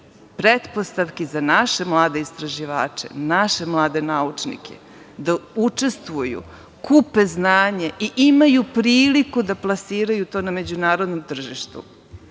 pretpostavki za naše mlade istraživače, naše mlade naučnike, da učestvuju, kupe znanje i imaju priliku da plasiraju to na međunarodnom tržištu.U